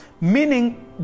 Meaning